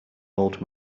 old